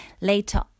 Later